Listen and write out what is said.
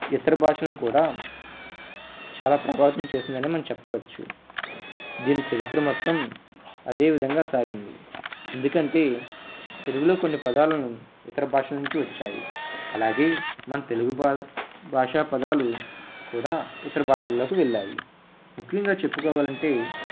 ఇతర భాషలను కూడా చాలా ప్రభావితం చేసింది అని మనం చెప్పవచ్చు దీన్ని చరిత్ర మొత్తం అదే విధంగా సాగింది ఎందుకంటే తెలుగులో కొన్ని పదాలను ఇతర బాషల నుంచి వచ్చాయి అలాగే మన తెలుగు బా భాషా పదాలు కూడా ఇతర భాషల్లోకి వెళ్ళాయి ముఖ్యంగా చెప్పుకోవాలి అంటే